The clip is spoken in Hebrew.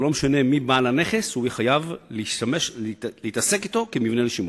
לא משנה מי בעל הנכס ומי חייב להתעסק אתו כמבנה לשימור.